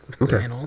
Okay